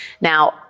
Now